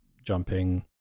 Jumping